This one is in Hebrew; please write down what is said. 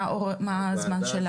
מה הזמן שלה?